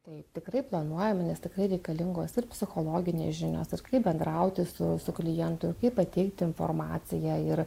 taip tikrai planuojam nes tikrai reikalingos ir psichologinės žinios ir kaip bendrauti su su klientu ir kaip pateikt informaciją ir